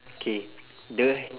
K the